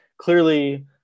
Clearly